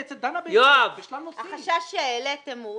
החשש שהעליתם הוא